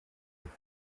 apfa